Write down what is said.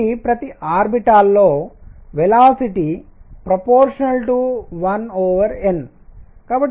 కాబట్టి ప్రతి ఆర్బిటాల్ లో వెలాసిటీ ∝1n